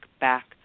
back